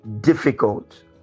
difficult